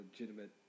legitimate